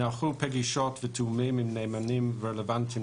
נערכו פגישות ותיאומים עם נאמנים רלוונטיים